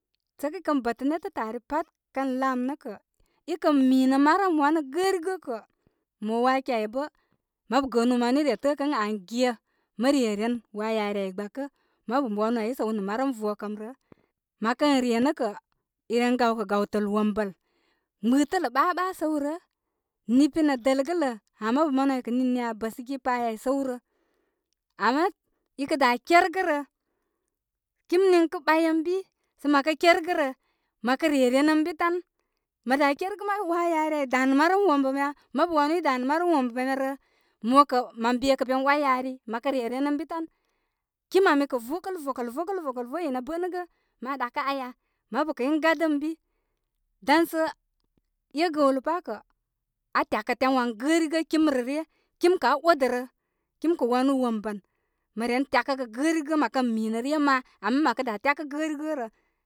Sə i kən bə tə netə' tə' ari pat, kə laam nə' kə', i kən miinə marəm wanə gərigə kə' mo waa ki ai bə' mabu gəənuu manu i re təəkə ən an gye mə reren waa yari ai gbakə. Mabu wanu ai i səw nə' marəm vokə mrə mə kən re nə' kə' i ren gaw kə' gawtəl wambal gbɨtələ ɓa'ɓa' səw rə, nipilya, dəlgələ, ghə mabu manu ai kə nini ya wə sə gi pa ya ai səw rə ama i kə da kergə rə, kim niūkə ɓayen bi, sə məkə kergə rə, mə kə re ren ən bitan, mə da kergə waa yari ai danə marəm wombəm ya mabu wanu i danə marəm wombəm ya rə mo kə' mən be kə ben 'way yari mə kə reren ən bi tan,. kim ami kə' fobarkələ'k, fobarkələ'k, fobarkələk, fobarkə'lə'k pobar in aa baturun nə gə, ma ɗakə aya, mabu kə in gadə ən bi dan sə e gəwtə pa kə' aa tyakə tyan wan gərigə' kim rə ryə kim kə' aa odə rə kim kə' wanu wombən mə kən minə ryə ma ama mə kə daa tyagə gə'rigə rə.